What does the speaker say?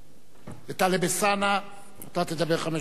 וטלב אלסאנע, אתה תדבר חמש דקות מטעם,